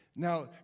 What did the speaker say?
Now